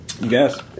Yes